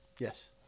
Yes